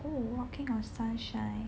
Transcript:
oh walking on sunshine